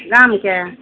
गामके